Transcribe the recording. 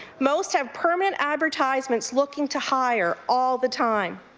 most have permanent advertisements looking to hire all the time.